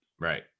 Right